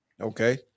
Okay